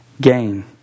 gain